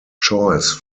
choice